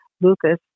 Lucas